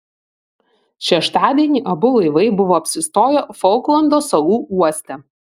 šeštadienį abu laivai buvo apsistoję folklando salų uoste